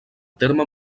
terme